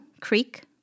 Creek